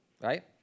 Right